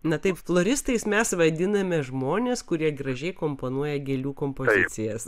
na taip floristais mes vadiname žmones kurie gražiai komponuoja gėlių kompozicijas